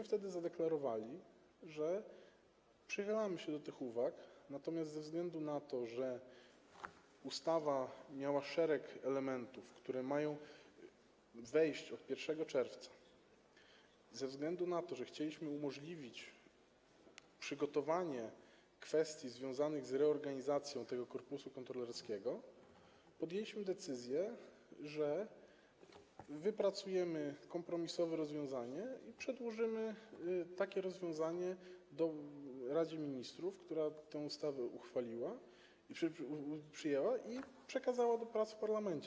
Wtedy zadeklarowaliśmy, że przychylamy się do tych uwag, natomiast ze względu na to, że w ustawie jest szereg elementów, które mają wejść od 1 czerwca, ze względu na to, że chcieliśmy umożliwić przygotowanie kwestii związanych z reorganizacją tego korpusu kontrolerskiego, podjęliśmy decyzję, że wypracujemy kompromisowe rozwiązanie i przedłożymy je Radzie Ministrów, która tę ustawę przyjęła i przekazała do prac w parlamencie.